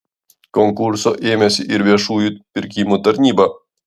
konkurso ėmėsi ir viešųjų pirkimų tarnyba